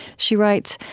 she writes,